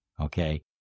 Okay